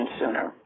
sooner